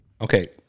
Okay